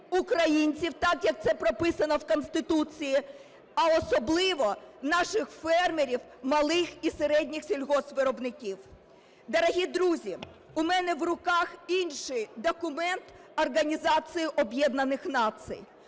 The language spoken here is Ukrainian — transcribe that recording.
українців, так, як це прописано в Конституції, а особливо наших фермерів малих і середніх сільгоспвиробників. Дорогі друзі, у мене в руках інший документ Організації Об'єднаних Націй.